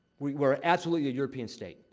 we're absolutely a european state.